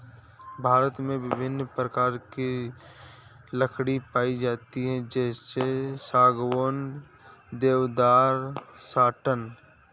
भारत में विभिन्न प्रकार की लकड़ी पाई जाती है जैसे सागौन, देवदार, साटन